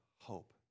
hope